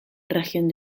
región